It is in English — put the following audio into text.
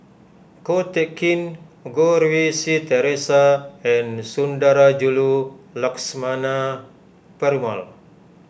Ko Teck Kin Goh Rui Si theresa and Sundarajulu Lakshmana Perumal